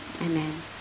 amen